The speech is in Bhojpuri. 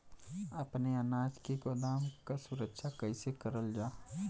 अपने अनाज के गोदाम क सुरक्षा कइसे करल जा?